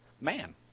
man